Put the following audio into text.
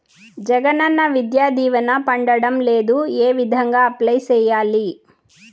జగనన్న విద్యా దీవెన పడడం లేదు ఏ విధంగా అప్లై సేయాలి